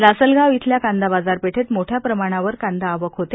लासलगाव येथील कांदा बाजारपेठेत मोठ्या प्रमाणावर कांदा आवक होते